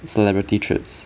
celebrity trips